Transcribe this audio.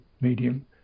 medium